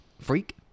freak